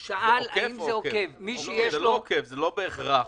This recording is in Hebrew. זה לא עוקב, לא בהכרח.